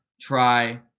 try